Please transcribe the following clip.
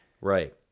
Right